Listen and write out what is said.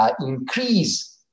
increase